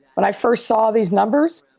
when i first saw these numbers,